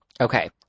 Okay